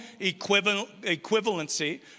equivalency